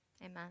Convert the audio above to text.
Amen